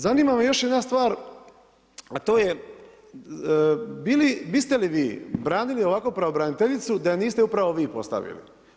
Zanima me još jedna stvar, a to je, biste li vi branili ovako pravobraniteljicu da ju niste upravo vi postavili.